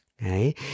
Okay